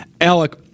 Alec